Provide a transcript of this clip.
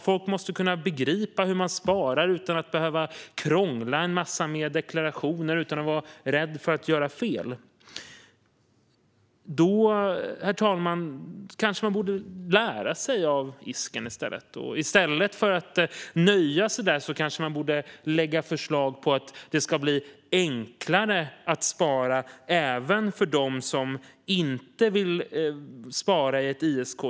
Folk måste kunna begripa hur man sparar utan att behöva krångla en massa med deklarationen och utan att behöva vara rädd för att göra fel. Därför, herr talman, borde man kanske lära sig av ISK. I stället för att nöja sig borde man kanske lägga fram förslag om att det ska bli enklare att spara även för dem som inte vill spara i ett ISK.